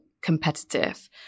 competitive